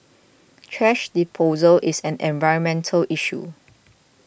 thrash disposal is an environmental issue